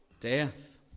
death